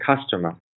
customer